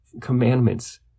commandments